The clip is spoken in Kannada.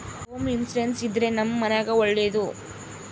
ಹೋಮ್ ಇನ್ಸೂರೆನ್ಸ್ ಇದ್ರೆ ನಮ್ ಮನೆಗ್ ಒಳ್ಳೇದು